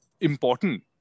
important